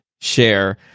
share